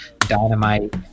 Dynamite